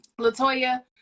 latoya